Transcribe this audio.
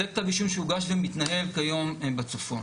זה כתב אישום שהוגש ומתנהל היום בצפון,